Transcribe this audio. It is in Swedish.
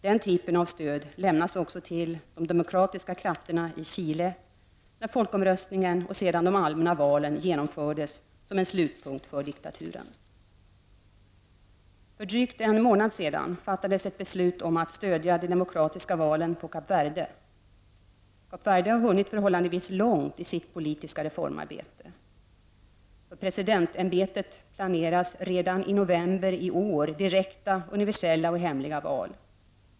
Den typen av stöd lämnades också till de demokratiska krafterna i Chile när folkomröstningen och sedan de allmänna valen genomfördes som en slutpunkt för diktaturen. För drygt en månad sedan fattades ett beslut om att stödja de demokratiska valen på Kap Verde. Kap Verde har hunnit förhållandevis långt i sitt politiska reformarbete. För presidentämbetet planeras redan i november i år direkta, universella och hemliga val.